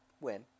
Win